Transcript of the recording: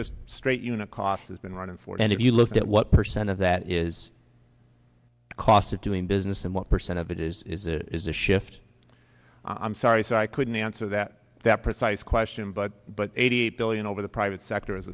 just straight unit cost has been running for and if you look at what percent of that is the cost of doing business and what percent of it is it is a shift i'm sorry so i couldn't answer that that precise question but but eighty billion over the private sector is